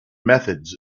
methods